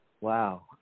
wow